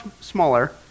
smaller